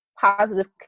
positive